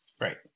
Right